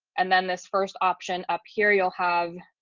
and then this first option up here, you'll have,